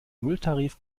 nulltarif